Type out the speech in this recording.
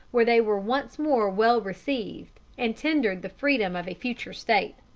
where they were once more well received and tendered the freedom of a future state.